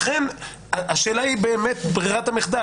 השאלה היא בררת המחדל,